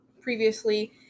previously